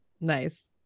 Nice